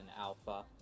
alpha